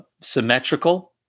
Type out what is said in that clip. Symmetrical